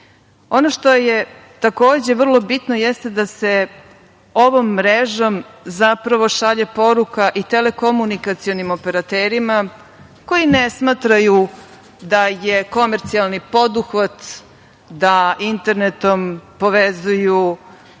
što je, takođe, vrlo bitno jeste da se ovom mrežom, zapravo, šalje poruka i telekomunikacionim operaterima koji ne smatraju da je komercijalni poduhvat da internetom povezuju